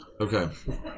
okay